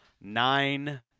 nine